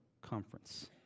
conference